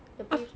the pi~